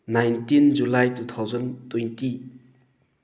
nineteen July two thousand twenty